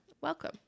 Welcome